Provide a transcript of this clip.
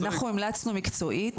אנחנו המלצנו מקצועית,